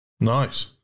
Nice